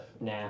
Nah